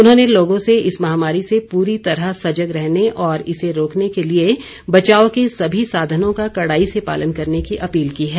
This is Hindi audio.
उन्होंने लोगों से इस महामारी से पूरी तरह सजग रहने और इसे रोकने के लिए बचाव के सभी साधनों का कड़ाई से पालन करने की अपील की है